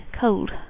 cold